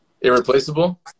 Irreplaceable